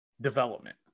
development